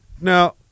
now